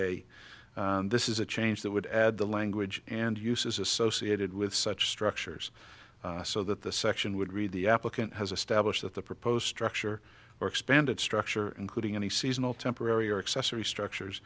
a this is a change that would add the language and uses associated with such structures so that the section would read the applicant has established that the proposed structure or expanded structure including any seasonal temporary or accessory structures